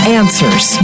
answers